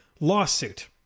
lawsuit